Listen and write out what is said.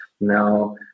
Now